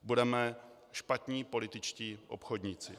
Budeme špatní političtí obchodníci.